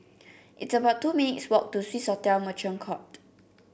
it's about two minutes' walk to Swissotel Merchant Court